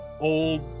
old